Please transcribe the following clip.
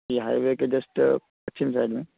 یہ highway کے just پچھم سائڈ میں